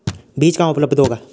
बीज कहाँ उपलब्ध होगा?